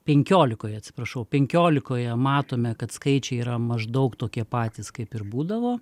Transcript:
penkiolikoj atsiprašau penkiolikoje matome kad skaičiai yra maždaug tokie patys kaip ir būdavo